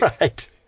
Right